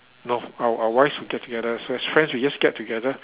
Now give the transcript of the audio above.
no our our wives will get together so as friends we just get together